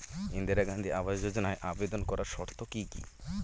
ইন্দিরা গান্ধী আবাস যোজনায় আবেদন করার শর্ত কি কি?